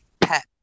pet